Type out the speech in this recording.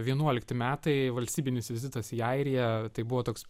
vienuolikti metai valstybinis vizitas į airiją tai buvo toks